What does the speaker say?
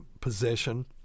position